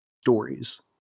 stories